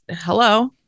hello